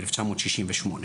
ב-1968,